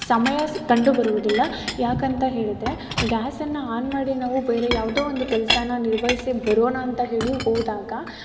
ಸಮಯ ಕಂಡು ಬರುವುದಿಲ್ಲ ಯಾಕಂತ ಹೇಳಿದರೆ ಗ್ಯಾಸನ್ನು ಆನ್ ಮಾಡಿ ನಾವು ಬೇರೆ ಯಾವುದೋ ಒಂದು ಕೆಲಸನ ನಿರ್ವಹಿಸಿ ಬರೋಣ ಅಂತ ಹೇಳಿ ಹೋದಾಗ